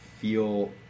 feel